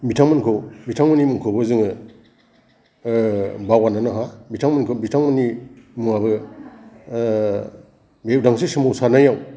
बिथांमोनखौ बिथांमोननि मुंखौबो जोङो बावगारनो नाङा बिथांमोनखौ बिथांमोननि मुङाबो उदांस्रि सोमावसारनायाव